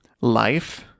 Life